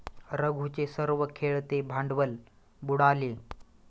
रघूचे सर्व खेळते भांडवल बुडाले